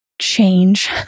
change